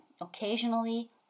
occasionally